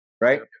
right